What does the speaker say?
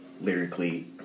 lyrically